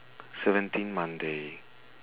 seventeen monday